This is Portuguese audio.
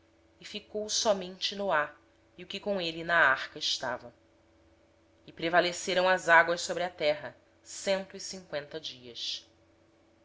terra ficou somente noé e os que com ele estavam na arca e prevaleceram as águas sobre a terra cento e cinqüenta dias